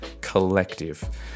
collective